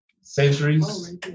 centuries